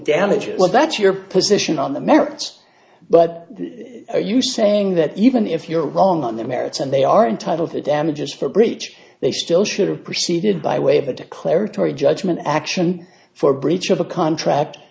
damages well that's your position on the merits but are you saying that even if you're wrong on their merits and they are entitled to damages for breach they still should have proceeded by way of a declaratory judgment action for breach of a contract